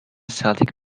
celtic